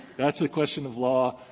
that's a question of law.